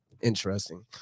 Interesting